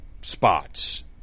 spots